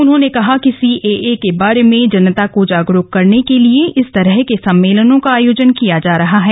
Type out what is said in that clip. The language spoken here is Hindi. उन्होंने कहा कि सीएए के बारे में जनता को जागरुक करने के लिए इस तरह के सम्मेलनों का आयोजन किया जा रहा है